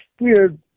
weird